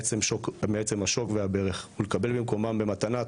מעצם השוק והברך ולקבל במקומם במתנה,